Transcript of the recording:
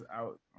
out